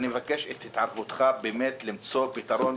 אני מבקש את התערבותך באמת למצוא פתרון.